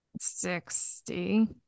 Sixty